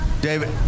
David